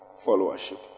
Followership